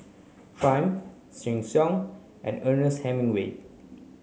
Triumph Sheng Siong and Ernest Hemingway